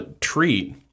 treat